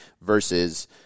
versus